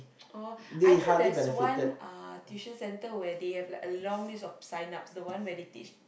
oh I know there's one uh tuition center where they have like a long list of sign ups the one where they teach